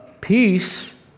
peace